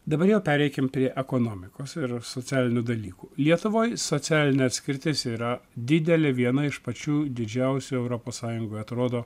dabar jau pereikim prie ekonomikos ir socialinių dalykų lietuvoj socialinė atskirtis yra didelė viena iš pačių didžiausių europos sąjungoj atrodo